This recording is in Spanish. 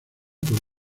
por